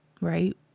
right